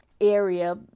area